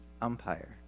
umpire